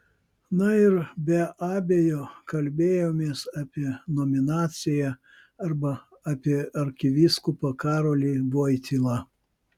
na ir be abejo kalbėjomės apie nominaciją arba apie arkivyskupą karolį voitylą